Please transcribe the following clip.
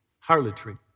Harlotry